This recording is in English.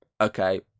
okay